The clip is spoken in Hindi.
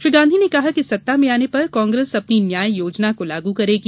श्री गांधी ने कहा कि सत्ता में आने पर कांग्रेस अपनी न्याय योजना को लागू करेगी